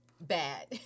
Bad